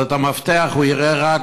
אבל את המפתח הוא יראה רק,